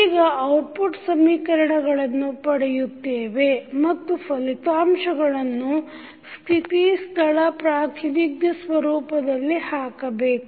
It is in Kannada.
ಈಗ ಔಟ್ಪುಟ್ ಸಮೀಕರಣಗಳನ್ನು ಪಡೆಯುತ್ತೇವೆ ಮತ್ತು ಫಲಿತಾಂಶವನ್ನು ಸ್ಥಿತಿ ಸ್ಥಳ ಪ್ರಾತಿನಿಧ್ಯ ಸ್ವರೂಪದಲ್ಲಿ ಹಾಕಬೇಕು